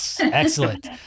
Excellent